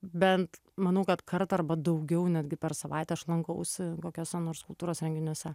bent manau kad kartą arba daugiau netgi per savaitę aš lankausi kokiuose nors kultūros renginiuose